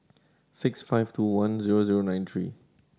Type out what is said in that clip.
six five two one zero zero nine three